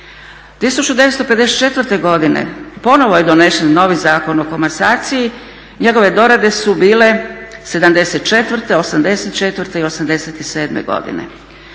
1954. godine ponovno je donesen novi Zakon o komasaciji, njegove dorade su bile '.74., '84. i '87. godine.